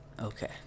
okay